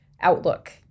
outlook